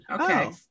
okay